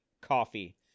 coffee